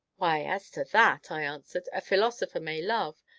why, as to that, i answered, a philosopher may love,